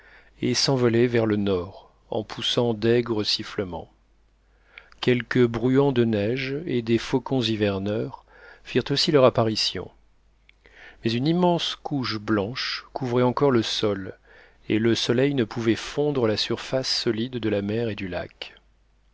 et des faucons hiverneurs firent aussi leur apparition mais une immense couche blanche couvrait encore le sol et le soleil ne pouvait fondre la surface solide de la mer et du lac